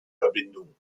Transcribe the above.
verbindung